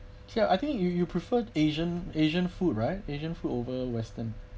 ya I think you you prefer asian asian food right asian food over western